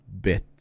bit